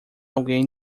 alguém